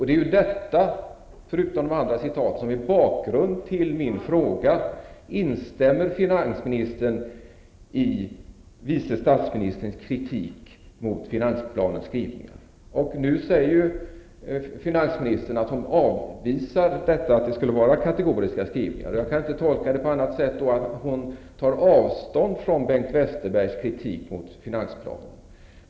Det är detta, vid sidan av andra citat, som är bakgrund till min fråga: Instämmer finansministern i vice statsministerns kritik mot finansplanens skrivningar? Nu säger finansministern att hon avvisar att det skulle vara kategoriska skrivningar. Jag kan inte tolka det på annat sätt än att hon tar avstånd från Bengt Westerbergs kritik mot finansplanen.